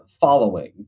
following